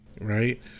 right